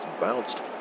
bounced